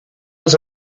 was